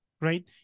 right